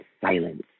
silence